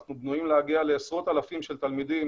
אנחנו בנויים להגיע לעשרות אלפים של תלמידים